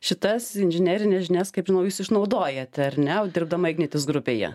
šitas inžinerines žinias kaip nu jūs išnaudojate ar ne dirbdama ignitis grupėje